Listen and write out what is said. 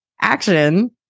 action